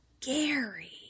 Gary